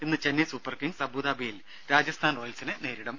ഇന്ന് ചെന്നൈ സൂപ്പർകിംഗ്സ് അബുദാബിയിൽ രാജസ്ഥാൻ റോയൽസിനെ നേരിടും